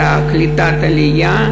לקליטת עלייה,